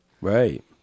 Right